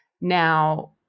Now